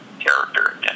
character